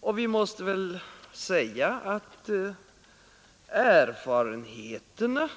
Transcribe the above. Och vi måste väl säga att erfarenheterna